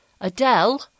Adele